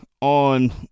on